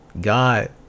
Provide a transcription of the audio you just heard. god